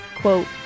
Quote